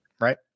right